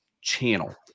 channel